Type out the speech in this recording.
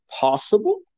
possible